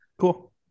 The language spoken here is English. Cool